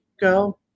go